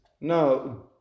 No